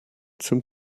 zum